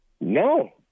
No